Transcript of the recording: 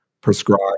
prescribe